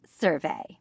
survey